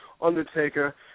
Undertaker